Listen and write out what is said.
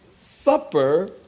Supper